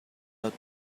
that